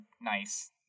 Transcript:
nice